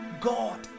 God